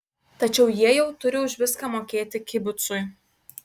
tačiau jie jau turi už viską mokėti kibucui